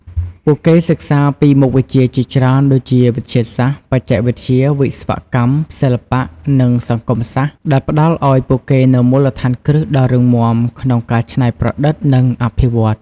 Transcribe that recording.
ពួកគេសិក្សាពីមុខវិជ្ជាជាច្រើនដូចជា វិទ្យាសាស្ត្រ បច្ចេកវិទ្យា វិស្វកម្ម សិល្បៈ និងសង្គមសាស្ត្រ ដែលផ្ដល់ឱ្យពួកគេនូវមូលដ្ឋានគ្រឹះដ៏រឹងមាំក្នុងការ ច្នៃប្រឌិត និងអភិវឌ្ឍ។